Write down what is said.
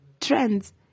trends